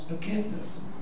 Forgiveness